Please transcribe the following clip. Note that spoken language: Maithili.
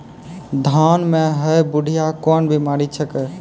धान म है बुढ़िया कोन बिमारी छेकै?